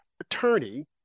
attorney